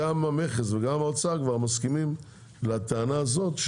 גם המכס וגם האוצר כבר מסכימים לטענה הזאת,